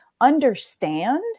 understand